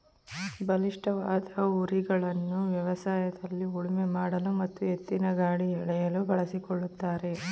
ಬಲಿಷ್ಠವಾದ ಹೋರಿಗಳನ್ನು ವ್ಯವಸಾಯದಲ್ಲಿ ಉಳುಮೆ ಮಾಡಲು ಮತ್ತು ಎತ್ತಿನಗಾಡಿ ಎಳೆಯಲು ಬಳಸಿಕೊಳ್ಳುತ್ತಾರೆ